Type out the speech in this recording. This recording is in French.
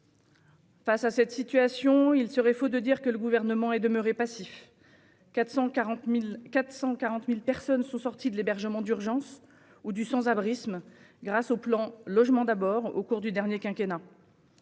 Face à cette situation, il serait faux de dire que le Gouvernement est demeuré passif : 440 000 personnes sont sorties de l'hébergement d'urgence ou du sans-abrisme grâce au plan Logement d'abord au cours du dernier quinquennat